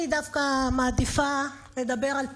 אני דווקא מעדיפה לדבר על פיוס.